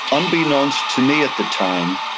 unbeknownst to me at the time,